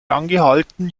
angehalten